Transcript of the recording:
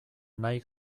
nahi